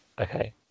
Okay